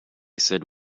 said